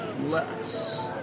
less